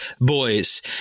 Boys